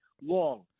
long